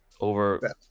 over